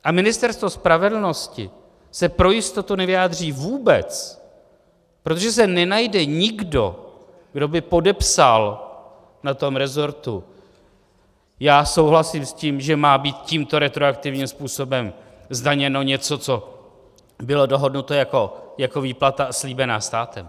A Ministerstvo spravedlnosti se pro jistotu nevyjádří vůbec, protože se nenajde nikdo, kdo by podepsal na tom resortu: Já souhlasím s tím, že má být tímto retroaktivním způsobem zdaněno něco, co bylo dohodnuto jako výplata a slíbeno státem...